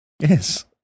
Yes